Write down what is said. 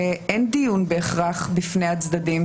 אין דיון בהכרח בפני הצדדים.